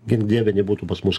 gink dieve nebūtų pas mus